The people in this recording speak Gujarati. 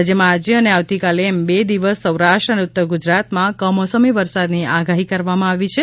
રાજ્યમાં આજે અને આવતીકાલે એમ બે દિવસ સૌરાષ્ટ્ર અને ઉત્તર ગુજરાતમાં કમોસમી વરસાદની આગાહી કરવામાં આવી છે